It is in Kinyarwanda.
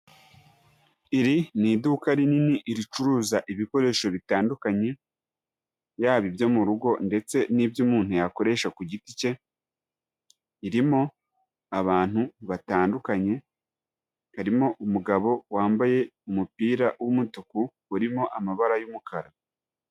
Iri ni iduka rinini ricuruza ibikoresho bitandukanye, yaba ibyo mu rugo ndetse n'ibyo umuntu yakoresha ku giti cye, ririmo abantu batandukanye harimo umugabo wambaye umupira w'umutuku urimo amabara y'umukara.